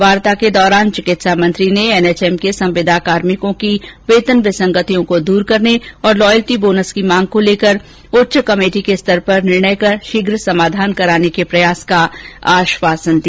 वार्ता के दौरान चिकित्सा मंत्री ने एनएचएम के संविदा कार्मिकों की वेतन विसंगतियों को दूर करने और लॉयल्टी बोनस की मांग को लेकर उच्च कमेटी के स्तर पर निर्णय कर शीघ्र समाधान कराने के प्रयास का आश्वासन दिया